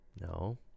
No